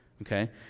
Okay